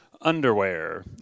underwear